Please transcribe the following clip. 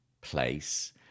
place